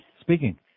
Speaking